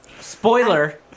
Spoiler